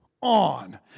on